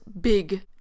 big